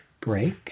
break